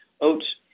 oats